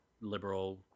liberal